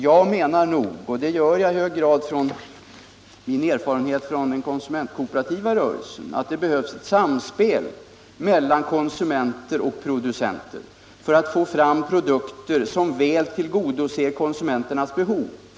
Jag menar — och det gör jag i hög grad på grund av min erfarenhet från den konsumentkooperativa rörelsen — att det behövs ett samspel mellan konsumenter och producenter för att få fram produkter som väl tillgodoser konsumenternas behov.